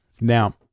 Now